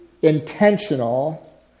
intentional